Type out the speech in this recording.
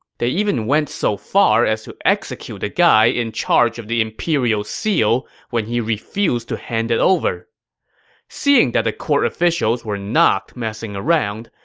they even went so far as to execute the guy in charge of the imperial seal when he refused to hand it over seeing that the court officials were not messing around,